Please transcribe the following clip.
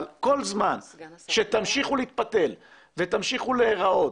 אבל כל הזמן שתמשיכו להתפתל ותמשיכו להראות